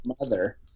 Mother